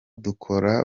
dukorana